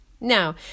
Now